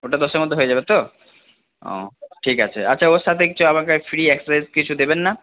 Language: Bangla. ওটা দশের মধ্যে হয়ে যাবে তো ও ঠিক আছে আচ্ছা ওর সাথে আমাকে ফ্রি কিছু দেবেন না